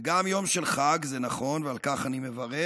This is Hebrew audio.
זה גם יום של חג, זה נכון, ועל כך אני מברך,